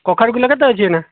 କଖାରୁ କିଲୋ କେତେ ଅଛି ଏଇନା